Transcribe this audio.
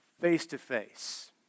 face-to-face